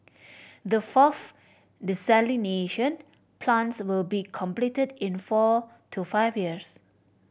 the fourth desalination plants will be completed in four to five years